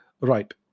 Right